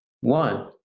one